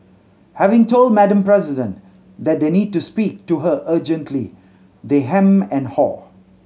having told Madam President that they need to speak to her urgently they hem and haw